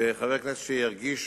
וחבר הכנסת שירגיש